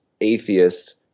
atheists